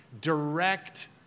direct